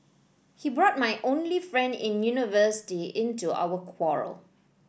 he brought my only friend in university into our quarrel